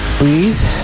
breathe